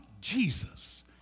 Jesus